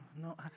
no